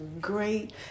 great